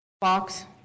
box